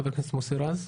חבר הכנסת מוסי רז.